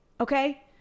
Okay